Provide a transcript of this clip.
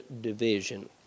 division